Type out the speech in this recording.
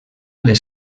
les